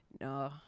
no